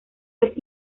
los